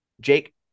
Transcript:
Jake